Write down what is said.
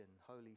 Holy